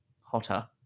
hotter